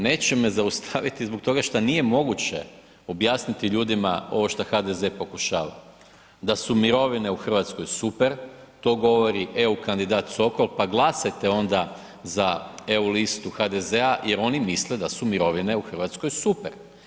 Neće me zaustaviti zbog toga što nije moguće objasniti ljudima ovo što HDZ pokušava, da su mirovine u Hrvatskoj super, to govori EU kandidat Sokol, pa glasajte onda za EU listu HDZ-a jer oni misle da su mirovine u Hrvatskoj super.